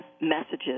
messages